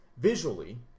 visually